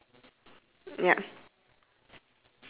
because both of your children are covered but mine only one is covered